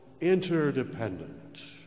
interdependent